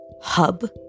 hub